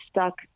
stuck